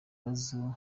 ibibazo